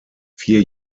vier